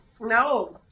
No